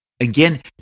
again